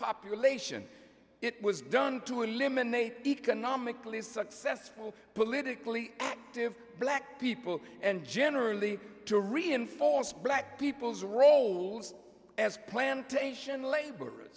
population it was done to eliminate economically successful politically active black people and generally to reinforce black people's roles as plantation labor